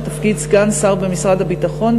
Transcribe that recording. לתפקיד סגן שר במשרד הביטחון,